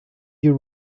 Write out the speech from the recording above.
you